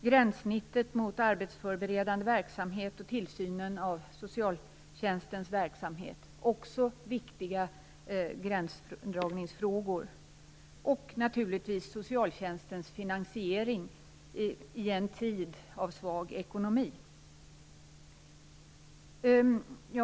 Gränssnittet mot arbetsförberedande verksamhet samt tillsynen av socialtjänstens verksamhet är också viktiga gränsdragningsfrågor. Viktigt är naturligtvis också socialtjänstens finansiering i en tid av svag ekonomi.